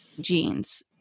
genes